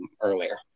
earlier